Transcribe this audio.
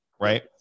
right